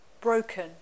broken